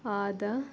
ಆದ